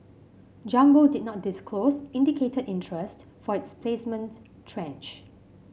jumbo did not disclose indicated interest for its placement tranche